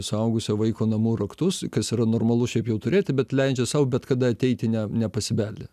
suaugusio vaiko namų raktus kas yra normalu šiaip jau turėti bet leidžia sau bet kada ateiti ne nepasibeldę